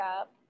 up